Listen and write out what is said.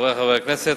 חברי חברי הכנסת,